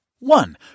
One